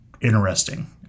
interesting